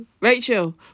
Rachel